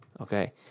okay